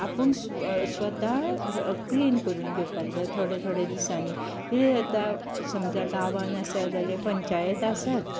आपूण स्वता क्लीन करून घेवपाक जाय थोडे थोडे दिसांनी कितें जाता समजा गांवांत आसा जाल्यार पंचायत आसात